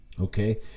Okay